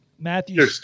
Matthew